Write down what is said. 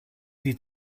die